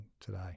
today